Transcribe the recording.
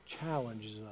challenges